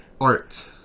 art